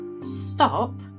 stop